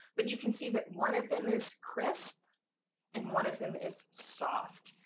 but you can see that one of them is crisp and one of them is soft.